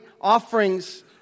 offerings